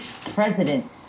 president